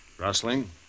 Rustling